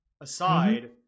aside